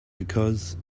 because